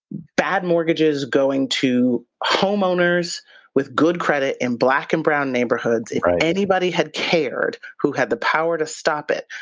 bad mortgages going to homeowners with good credit in black and brown neighborhoods, if anybody had cared who had the power to stop it,